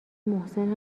محسن